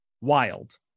wild